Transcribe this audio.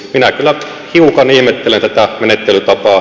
minä kyllä hiukan ihmettelen tätä menettelytapaa